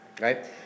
right